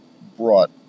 brought